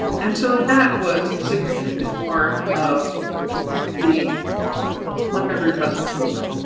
and so that was a significant part of the montgomery bus movement.